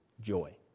Joy